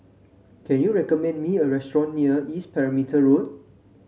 can you recommend me a restaurant near East Perimeter Road